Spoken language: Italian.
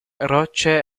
rocce